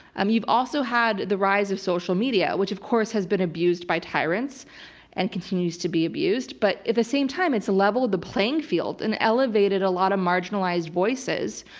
um you've also had the rise of social media which, of course, has been abused by tyrants and continues to be abused. but at the same time, it's a level to the playing field and elevated a lot of marginalized voices.